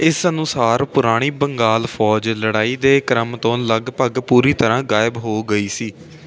ਇਸ ਅਨੁਸਾਰ ਪੁਰਾਣੀ ਬੰਗਾਲ ਫੌਜ ਲੜਾਈ ਦੇ ਕ੍ਰਮ ਤੋਂ ਲਗਭਗ ਪੂਰੀ ਤਰ੍ਹਾਂ ਗਾਇਬ ਹੋ ਗਈ ਸੀ